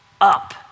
up